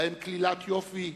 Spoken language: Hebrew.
בהם "כלילת יופי",